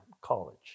college